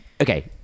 Okay